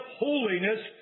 holiness